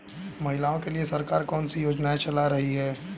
महिलाओं के लिए सरकार कौन सी योजनाएं चला रही है?